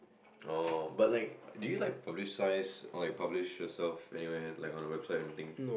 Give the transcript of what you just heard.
oh but like did you like publish science or like publish yourself anywhere like on the website all the thing